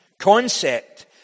concept